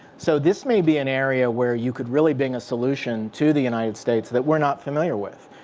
so this may be an area where you could really bring a solution to the united states that we're not familiar with.